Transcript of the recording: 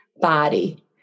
body